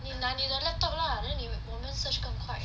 你那你的 laptop lah then 你我们 search 更快